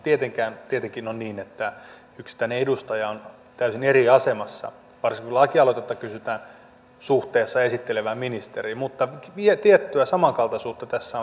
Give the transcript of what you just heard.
no tietenkin on niin että yksittäinen edustaja on täysin eri asemassa varsinkin kun lakialoitetta kysytään suhteessa esittelevään ministeriin mutta tiettyä samankaltaisuutta tässä on